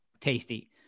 tasty